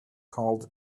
called